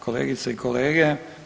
Kolegice i kolege.